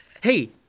Hey